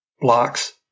blocks